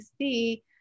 see